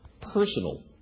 personal